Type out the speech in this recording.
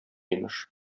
имеш